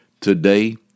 today